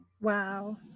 Wow